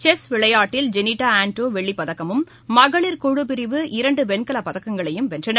chess விளையாட்டில் ஜெனீட்டா ஆன்டோ வெள்ளிப்பதக்கமும் மகளிர் குழு பிரிவு இரண்டு வெண்கலப் பதக்கங்களையும் வென்றனர்